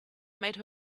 made